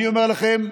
אני אומר לכם,